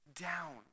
down